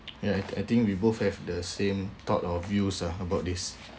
ya I I think we both have the same thought or views ah about this